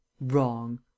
Wrong